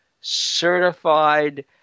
certified